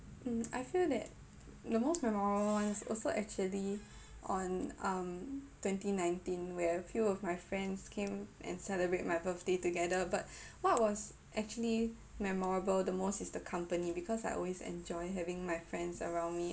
mm I feel that the most memorable ones also actually on um twenty nineteen where a few of my friends came and celebrate my birthday together but what was actually memorable the most is the company because I always enjoy having my friends around me